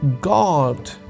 God